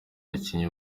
bakinnyi